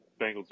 Bengals